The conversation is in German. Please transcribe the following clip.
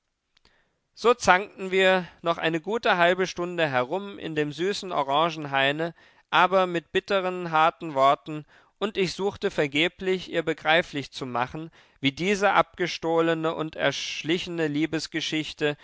so zankten wir noch eine gute halbe stunde herum in dem süßen orangenhaine aber mit bittern harten worten und ich suchte vergeblich ihr begreiflich zu machen wie diese abgestohlene und erschlichene liebesgeschichte